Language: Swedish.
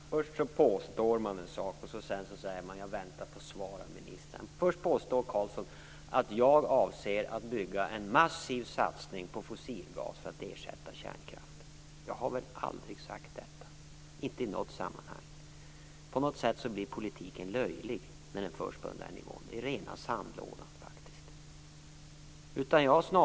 Herr talman! Först påstår man en sak, och sedan säger man att man väntar på svaren från ministern. Först påstår Karlsson att jag avser att göra en massiv satsning satsning på fossilgas för att ersätta kärnkraften. Jag har väl aldrig sagt detta, inte i något sammanhang. På något sätt blir politiken löjlig när den förs på den nivån. Det är faktiskt rena rama sandlådan.